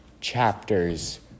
chapters